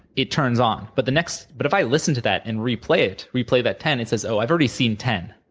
it turns on, but the next but if i listen to that and replay it, replay that ten, it says oh, i've already seen ten.